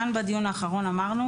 כאן בדיון האחרון אמרנו